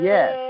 Yes